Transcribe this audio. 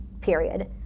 period